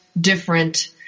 different